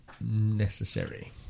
necessary